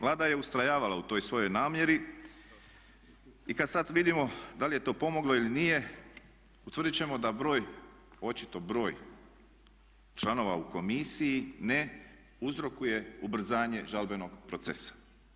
Vlada je ustrajavala u toj svojoj namjeri i kad sad vidimo da li je to pomoglo ili nije utvrdit ćemo da broj, očito broj članova u komisiji ne uzrokuje ubrzanje žalbenog procesa.